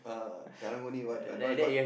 uh Karang-Guni what do I I don't want got